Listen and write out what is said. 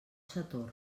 sator